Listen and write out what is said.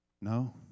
no